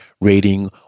rating